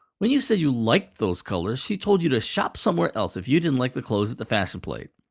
when you said you liked those colors, she told you to shop somewhere else if you didn't like the clothes at the fashion plate.